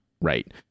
right